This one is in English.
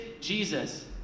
Jesus